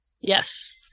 Yes